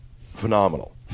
phenomenal